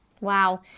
Wow